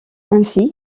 ainsi